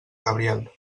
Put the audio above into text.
cabriel